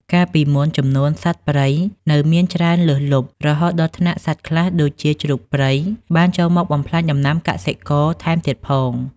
កាលពីមុន ចំនួនសត្វព្រៃនៅមានច្រើនលើសលប់ រហូតដល់ថ្នាក់សត្វខ្លះដូចជាជ្រូកព្រៃ បានចូលមកបំផ្លាញដំណាំកសិករថែមទៀតផង។